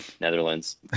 netherlands